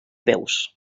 peus